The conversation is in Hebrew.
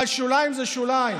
אבל שוליים זה שוליים.